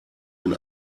den